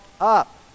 up